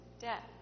death